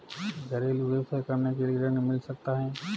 घरेलू व्यवसाय करने के लिए ऋण मिल सकता है?